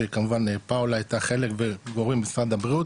שכמובן פאולה הייתה חלק וגורם ממשרד הבריאות